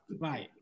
Right